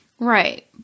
Right